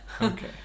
Okay